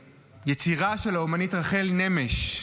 יצירה של האומנית רחל נמש,